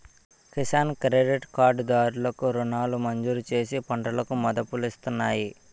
Kisan credit card దారులు కు రుణాలను మంజూరుచేసి పంటలకు మదుపులిస్తున్నాయి